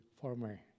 former